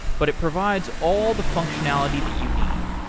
but it provides all the functionality that you need.